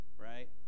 right